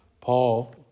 Paul